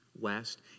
west